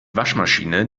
waschmaschine